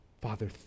Father